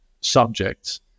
subjects